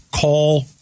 call